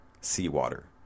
Seawater